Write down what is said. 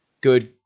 good